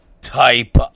type